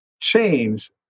change